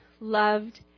loved